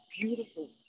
beautiful